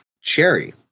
cherry